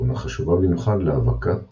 תכונה חשובה במיוחד להאבקת צמחים.